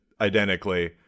identically